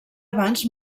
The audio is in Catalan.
abans